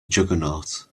juggernaut